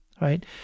Right